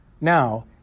Now